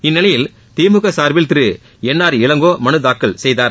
இந்நிலையில் திமுக சார்பில் Thiru N R Elango மனுதாக்கல் செய்தார்